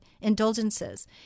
indulgences